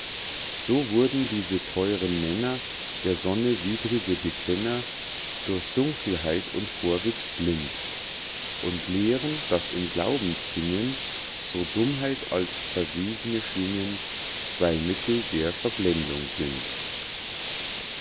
so wurden diese theuren männer der sonne widrige bekenner durch dunkelheit und vorwitz blind und lehren daß in glaubensdingen so dummheit als verwegne schwingen zwei mittel der verblendung sind